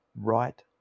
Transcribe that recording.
right